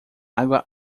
água